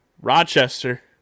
Rochester